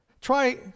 Try